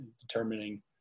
determining